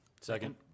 Second